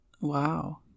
Wow